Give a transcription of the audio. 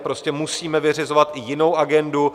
Prostě musíme vyřizovat i jinou agendu.